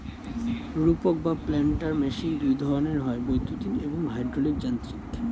রোপক বা planter machine দুই ধরনের হয়, বৈদ্যুতিন এবং হাইড্রলিক যান্ত্রিক